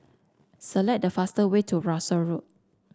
select the fast way to Russel Road